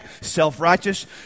self-righteous